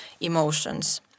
emotions